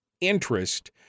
interest